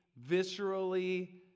viscerally